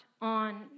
on